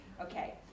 Okay